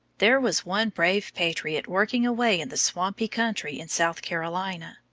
there was one brave patriot working away in the swampy country in south carolina.